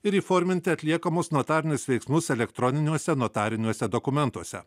ir įforminti atliekamus notarinius veiksmus elektroniniuose notariniuose dokumentuose